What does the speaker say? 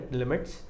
limits